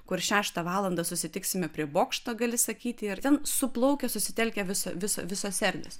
kur šeštą valandą susitiksime prie bokšto gali sakyti ar ten suplaukia susitelkia visa visa visos erdvės